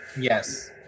Yes